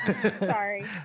Sorry